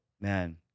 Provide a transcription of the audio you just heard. Man